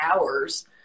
hours